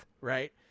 Right